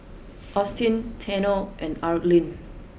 Austyn Tanner and Arlin